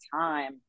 time